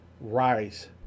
rise